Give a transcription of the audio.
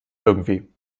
irgendwie